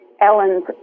Ellen's